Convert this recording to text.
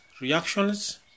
reactions